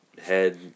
head